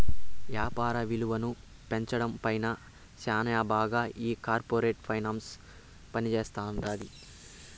యాపార విలువను పెంచడం పైన శ్యానా బాగా ఈ కార్పోరేట్ ఫైనాన్స్ పనిజేత్తది